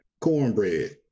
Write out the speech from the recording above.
cornbread